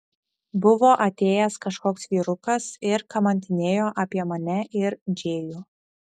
buvo atėjęs kažkoks vyrukas ir kamantinėjo apie mane ir džėjų